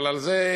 אבל על זה,